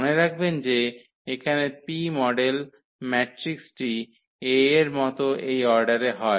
মনে রাখবেন যে এখানে P মডেল ম্যাট্রিক্সটি A এর মত এই অর্ডারের হয়